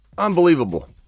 Unbelievable